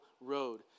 road